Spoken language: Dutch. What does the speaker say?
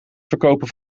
verkopen